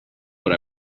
what